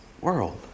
world